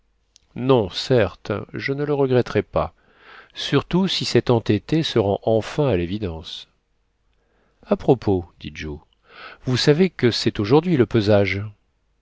non certes je ne le regretterai pas surtout si cet entêté se rend enfin à l'évidence a propos dit joe vous savez que c'est aujourd'hui le pesage